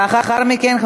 לאחר מכן,